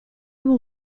will